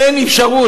אין אפשרות.